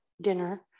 dinner